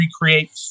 recreate